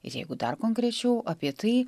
ir jeigu dar konkrečiau apie tai